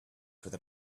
where